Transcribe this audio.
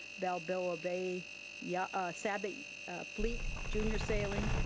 balboa bay yeah ah sabot fleet jr. sailing.